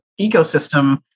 ecosystem